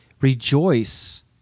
Rejoice